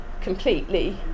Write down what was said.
completely